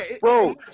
bro